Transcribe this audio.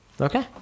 Okay